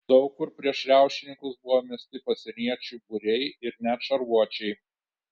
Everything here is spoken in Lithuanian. daug kur prieš riaušininkus buvo mesti pasieniečių būriai ir net šarvuočiai